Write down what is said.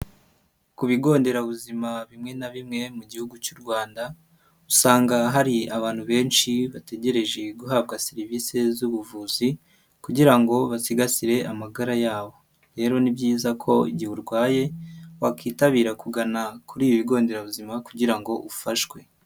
Ku bigo nderabuzima bimwe na bimwe mu Gihugu cy'u Rwanda, usanga hari abantu benshi bategereje guhabwa serivisi z'ubuvuzi kugira ngo basigasire amagara yabo, rero ni byiza ko igihe urwaye wakwitabira kugana kuri ibi bigo nderabuzima kugira ngo ufashwe.